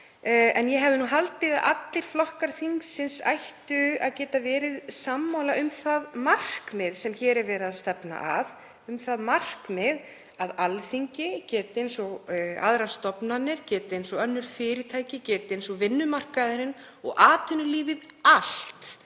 en ég hefði haldið að allir flokkar þingsins ættu að geta verið sammála um það markmið sem hér er verið að stefna að, um það markmið að Alþingi geti eins og aðrar stofnanir, eins og önnur fyrirtæki, eins og vinnumarkaðurinn og atvinnulífið allt